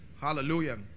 Hallelujah